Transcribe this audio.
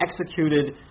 executed